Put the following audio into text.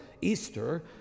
easter